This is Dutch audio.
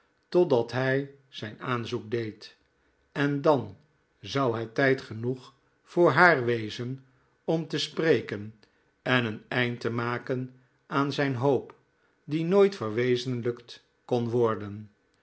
totdat hij zijn aanzoek deed en dan zou het tijd genoeg voor haar wezen om te spreken en een eind te maken aan zijn hoop die nooit verwezenlijkt kon worden